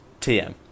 Tm